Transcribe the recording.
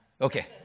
Okay